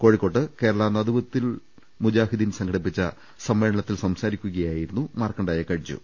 കോഴിക്കോട്ട് കേരള നദ്വത്തുൽ മുജാഹിദീൻ സംഘടിപ്പിച്ച സമ്മേളനത്തിൽ സംസാരിക്കുകയായിരുന്നു മാർക്കണ്ഠേയ കട്ജു